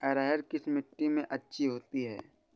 अरहर किस मिट्टी में अच्छी होती है?